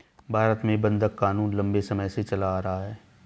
भारत में बंधक क़ानून लम्बे समय से चला आ रहा है